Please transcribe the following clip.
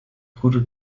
bruder